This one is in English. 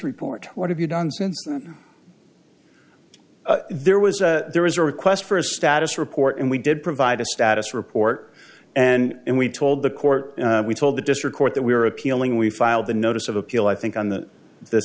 report what have you done since there was there was a request for a status report and we did provide a status report and we told the court we told the district court that we were appealing we filed the notice of appeal i think on th